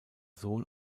sohn